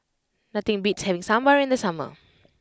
nothing beats having Sambar in the summer